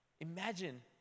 Imagine